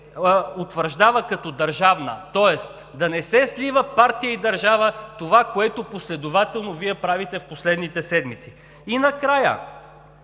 тоест да не се слива партия и държава – това, което последователно Вие правите в последните седмици. И накрая: